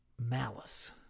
malice